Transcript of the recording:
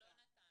--- לא נתנו.